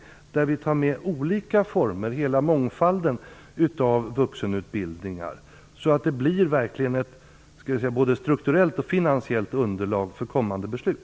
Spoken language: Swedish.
Skall denna utredning omfattas av hela mångfalden av vuxenutbildningar, så att det verkligen blir ett strukturellt och finansiellt underlag för kommande beslut?